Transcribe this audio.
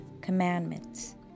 Commandments